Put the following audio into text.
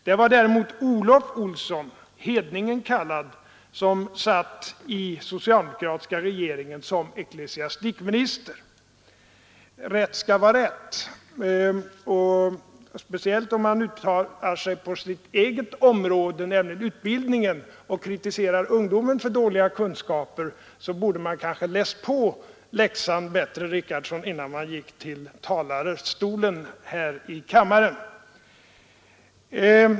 Det var däremot Olof Olsson, hedningen kallad, som satt som ecklesiastikminister i den socialdemokratiska regeringen. Rätt skall vara rätt. Speciellt om man uttalar sig på sitt eget område, utbildningens, och kritiserar ungdomen för dåliga kunskaper borde man kanske läsa på läxan bättre innan man går till talarstolen här i kammaren.